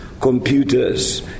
computers